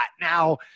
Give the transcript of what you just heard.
Now